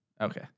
Okay